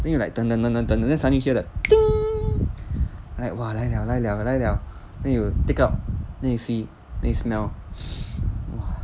then you like 等等等等等 then suddenly hear the like !wah! 来了来了来了 then you take out then you see then you smell !wah!